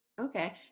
Okay